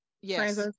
Yes